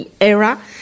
era